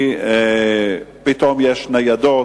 פתאום יש ניידות,